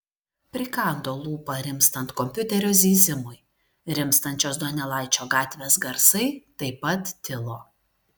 prikando lūpą rimstant kompiuterio zyzimui rimstančios donelaičio gatvės garsai taip pat tilo